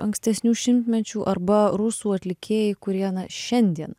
ankstesnių šimtmečių arba rusų atlikėjai kurie na šiandien